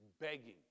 begging